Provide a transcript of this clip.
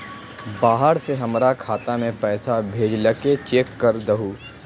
बाहर से हमरा खाता में पैसा भेजलके चेक कर दहु?